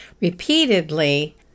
repeatedly